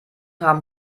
haben